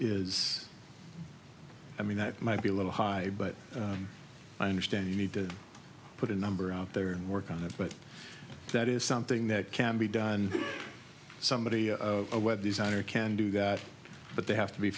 is i mean that might be a little high but i understand you need to put a number out there and work on that but that is something that can be done somebody a web designer can do that but they have to be